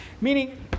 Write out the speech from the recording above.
Meaning